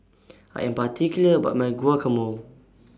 I Am particular about My Guacamole